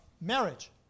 marriage